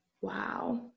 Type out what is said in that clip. Wow